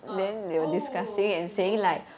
ah oh it's been so long